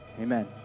amen